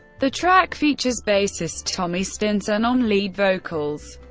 the track features bassist tommy stinson on lead vocals,